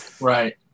Right